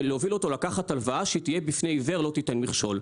לקחת הלוואה שתהיה בפני עיוור לא תיתן מכשול.